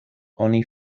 oni